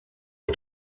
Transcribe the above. wir